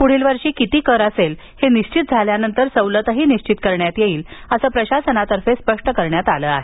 पुढील वर्षी किती कर असेल हे निश्चित झाल्यानंतर सवलतही निश्चित करण्यात येईल असं प्रशासनातर्फे स्पष्ट करण्यात आलं आहे